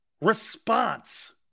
Response